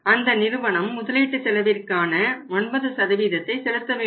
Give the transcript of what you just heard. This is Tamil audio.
அந்த நிறுவனம் முதலீட்டு செலவிற்கான 9ஐ செலுத்த வேண்டும்